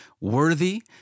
worthy